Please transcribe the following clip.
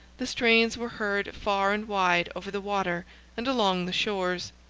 the strains were heard far and wide over the water and along the shores,